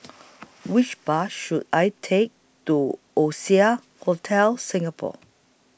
Which Bus should I Take to Oasia Hotel Singapore